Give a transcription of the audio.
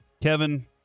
Kevin